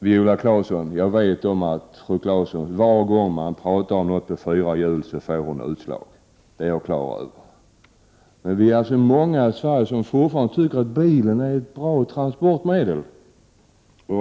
Viola Claesson! Jag är fullt på det klara med att fru Claesson får utslag varje gång man talar om något på fyra hjul. Vi är emellertid många i Sverige som fortfarande anser att bilen är ett bra transportmedel.